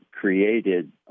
created